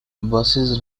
buses